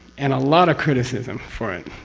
and a lot of criticism for it.